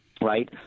right